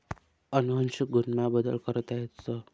अनुवंशिक गुण मा बदल करता येस